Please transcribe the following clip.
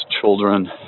children